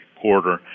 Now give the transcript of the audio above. quarter